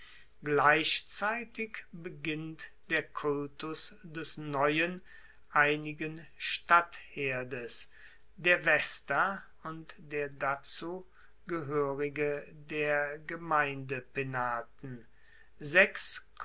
gleichzeitig beginnt der kultus des neuen einigen stadtherdes der vesta und der dazu gehoerige der gemeindepenaten sechs